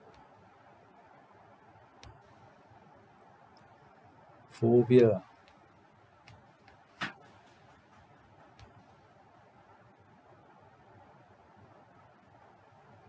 phobia ah